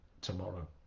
tomorrow